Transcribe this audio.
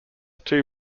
two